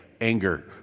anger